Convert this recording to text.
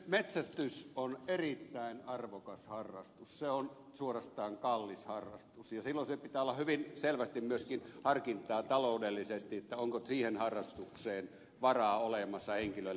metsästys on erittäin arvokas harrastus se on suorastaan kallis harrastus ja silloin pitää olla hyvin selvästi myöskin harkintaa taloudellisesti onko siihen harrastukseen varaa olemassa henkilöllä